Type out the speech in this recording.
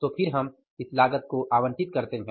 तो फिर हम इस लागत को आवंटित करते हैं